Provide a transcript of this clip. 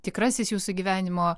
tikrasis jūsų gyvenimo